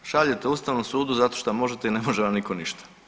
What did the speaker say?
Eto šaljete Ustavnom sudu zato šta možete i ne može vam nitko ništa.